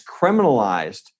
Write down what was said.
criminalized